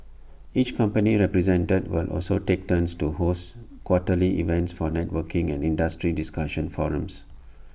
each company represented will also take turns to host quarterly events for networking and industry discussion forums